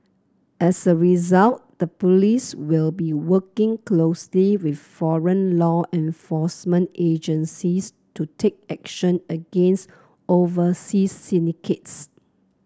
as a result the police will be working closely with foreign law enforcement agencies to take action against overseas syndicates